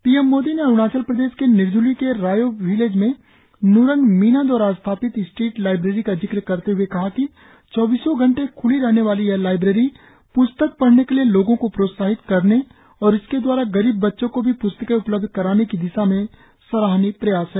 P M Modi ने अरुणाचल प्रदेश के निरजूली के रायो विलेज में नुरुंग मीना द्वारा स्थापित स्ट्रीट लाईब्रेरी का जिक्र करते हुए कहा कि चौबीसो घंटे ख्ली रहने वाली यह लाईब्रेरी प्स्तक पढ़ने के लिए लोगो को प्रोत्साहित करने और इसके द्वारा गरीब बच्चों को भी प्स्तके उपलब्ध कराने की दिशा में प्रयास सराहनीय है